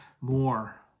more